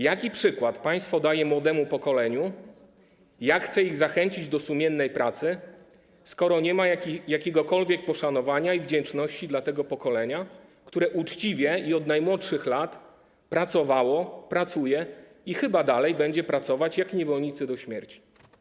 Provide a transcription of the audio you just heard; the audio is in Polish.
Jaki przykład państwo daje młodemu pokoleniu, jak chce je zachęcić do sumiennej pracy, skoro nie ma jakiegokolwiek poszanowania i wdzięczności dla tego pokolenia, które uczciwie i od najmłodszych lat pracowało, pracuje i chyba dalej będzie pracować jak niewolnicy do śmierci?